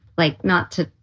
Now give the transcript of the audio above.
like, not to.